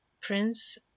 prince